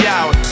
out